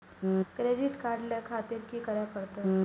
Credit card ले खातिर की करें परतें?